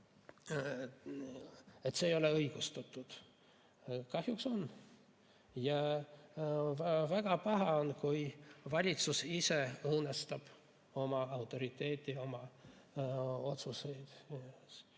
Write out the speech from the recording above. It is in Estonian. et see ei ole õigustatud. Kahjuks on. Väga paha on, kui valitsus ise õõnestab oma autoriteeti, oma otsuseid.